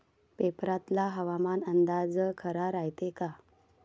पेपरातला हवामान अंदाज खरा रायते का?